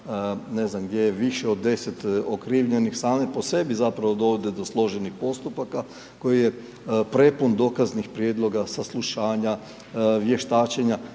ne znam, gdje je više od 10 okrivljenih, same po sebi zapravo dovode do složenih postupaka koji je prepun dokaznih prijedloga, saslušanja, vještačenja